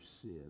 sin